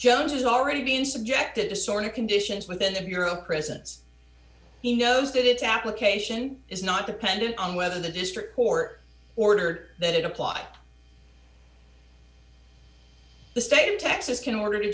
jones is already being subjected to sort of conditions within the bureau of prisons he knows that its application is not dependent on whether the district court ordered that it apply the state of texas can order